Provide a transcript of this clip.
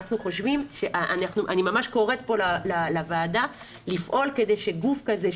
אני ממש קוראת כאן לוועדה לפעול כדי שגוף כזה,